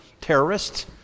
terrorists